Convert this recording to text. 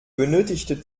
benötigte